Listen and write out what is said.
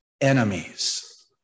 enemies